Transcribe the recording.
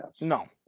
No